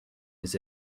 his